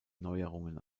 neuerungen